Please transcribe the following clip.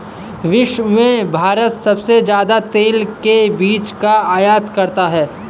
विश्व में भारत सबसे ज्यादा तेल के बीज का आयत करता है